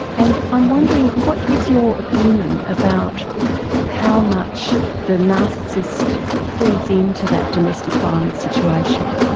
and i'm wondering, what is your opinion about how much the narcissist feeds into that domestic violence situation?